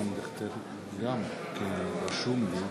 הצעת חוק להנצחת זכרו של רחבעם זאבי